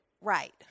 right